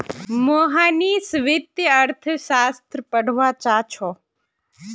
मोहनीश वित्तीय अर्थशास्त्र पढ़वा चाह छ